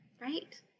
right